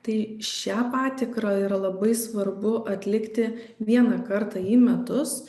tai šią patikrą yra labai svarbu atlikti vieną kartą į metus